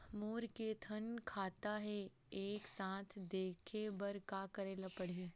मोर के थन खाता हे एक साथ देखे बार का करेला पढ़ही?